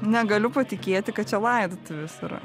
negaliu patikėti kad čia laidotuvės yra